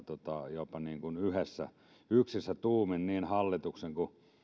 jopa yksissä tuumin niin hallituksen kuin